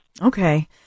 Okay